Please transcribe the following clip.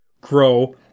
grow